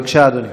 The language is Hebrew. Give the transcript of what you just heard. בבקשה, אדוני.